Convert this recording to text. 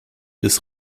des